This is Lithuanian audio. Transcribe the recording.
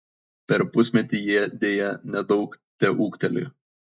per pusmetį jie deja nedaug teūgtelėjo